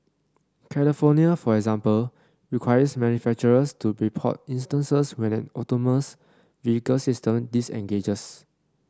California for example requires manufacturers to report instances when an autonomous vehicle system disengages